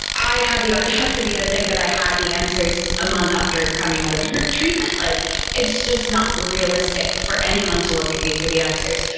i had the audacity to think that i had the answers a month after coming out of treatment. like it's just not realistic for anyone to look at me for the answers.